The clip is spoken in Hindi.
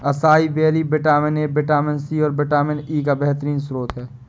acai berry vitamin A, vitamin C, और विटामिन ई का बेहतरीन स्त्रोत है